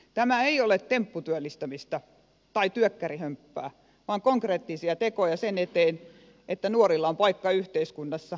tämä ei ole tempputyöllistämistä tai työkkärihömppää vaan konkreettisia tekoja sen eteen että nuorilla on paikka yhteiskunnassa ja työelämässä